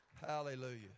Hallelujah